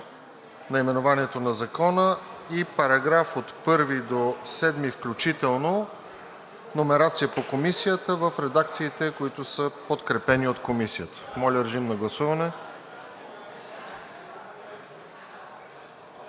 наименованието на Закона и параграфи от 1 до 7 включително, номерация по Комисията в редакциите, които са подкрепени от Комисията. Моля, режим на гласуване.